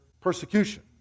persecution